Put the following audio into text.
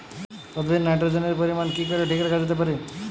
উদ্ভিদে নাইট্রোজেনের পরিমাণ কি করে ঠিক রাখা যেতে পারে?